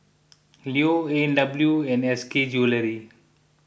Leo A and W and S K Jewellery